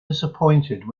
disappointed